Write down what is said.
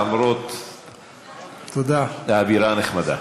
למרות האווירה הנחמדה,